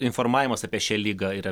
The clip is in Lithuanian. informavimas apie šią ligą yra